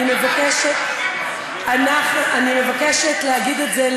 מבקשת להגיד את זה,